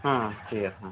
হুম ঠিক আছে হুম